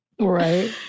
Right